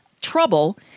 trouble